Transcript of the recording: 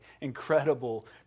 incredible